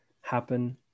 happen